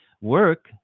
work